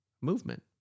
movement